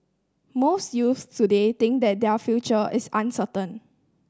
most youths today think that their future is uncertain